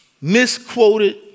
misquoted